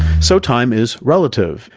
so, time is relative,